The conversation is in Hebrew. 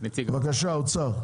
בבקשה אוצר.